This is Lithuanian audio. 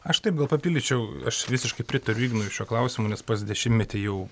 aš taip gal papildyčiau aš visiškai pritariu ignui šiuo klausimu nes pats dešimtmetį jau